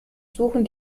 suchen